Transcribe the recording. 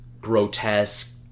grotesque